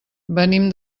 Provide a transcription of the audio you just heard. venim